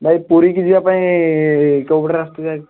ଭାଇ ପୁରୀକି ଯିବାପାଇଁ କୋଉପଟେ ରାସ୍ତା ଯାଇ